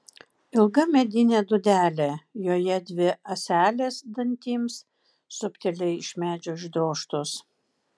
ilga medinė dūdelė joje dvi ąselės dantims subtiliai iš medžio išdrožtos